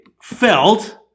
felt